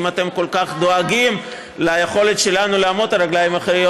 אם אתם כל כך דואגים ליכולת שלנו לעמוד על הרגליים האחוריות,